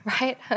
right